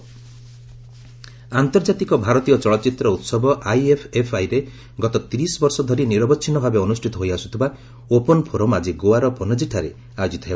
IFFI ଆନ୍ତର୍ଜାତିକ ଭାରତୀୟ ଚଳଚ୍ଚିତ୍ର ଉସବ ଆଇଏଫ୍ଏଫ୍ଆଇରେ ଗତ ତିରିଶ ବର୍ଷ ଧରି ନିରବଚ୍ଛିନ୍ନ ଭାବେ ଅନୁଷ୍ଠିତ ହୋଇ ଆସୁଥିବା 'ଓପନ୍ ଫୋରମ୍' ଆଜି ଗୋଆର ପନ୍ଜୀଠାରେ ଆୟୋଜିତ ହେବ